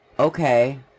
okay